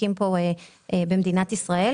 שמפיקים במדינת ישראל.